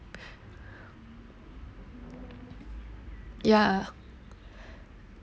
ya